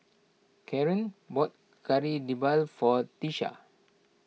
Kareen bought Kari Debal for Tiesha